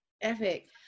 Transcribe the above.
Epic